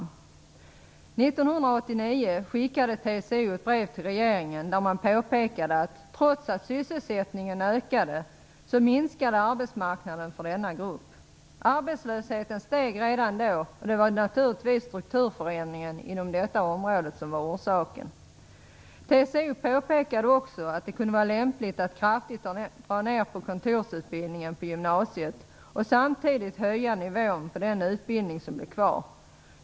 År 1989 skickade TCO ett brev till regeringen där man påpekade att trots att sysselsättningen ökade, minskade arbetsmarknaden för denna grupp. Arbetslösheten steg redan då, och det var naturligtvis strukturförändringen inom detta område som var orsaken. TCO påpekade också att det kunde vara lämpligt att kraftigt dra ner på kontorsutbildningen på gymnasiet och samtidigt höja nivån på den utbildning som blev kvar.